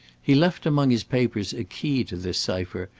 he left among his papers a key to this cypher,